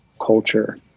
culture